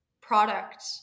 product